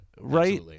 Right